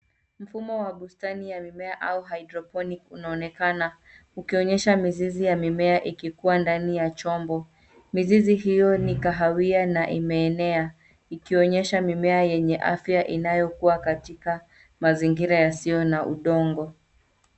Mfumo wa bustani ya mimea au Hydroponic unaonekana ukionyesha mizizi ya mimea ikikuwa ndani ya chombo. Mizizi hio ni kahawia na imeenea ikionyesha mimea yenye afya inayokuwa katika mazingira yasiyo na udongo.